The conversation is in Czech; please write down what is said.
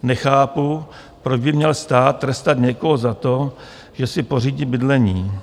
Nechápu, proč by měl stát trestat někoho za to, že si pořídí bydlení.